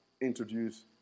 introduce